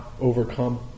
overcome